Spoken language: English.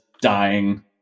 dying